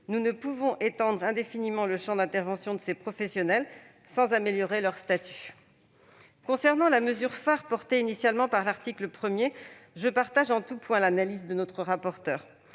nous ne pouvons pas étendre indéfiniment le champ d'intervention de ces professionnels sans améliorer leur statut. Concernant la mesure phare portée initialement par l'article 1, je partage en tout point l'analyse de notre rapporteur.